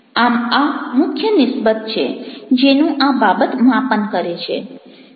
આમ આ મુખ્ય નિસ્બત છે જેનું આ બાબત માપન કરે છે